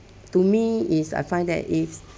to me is I find that if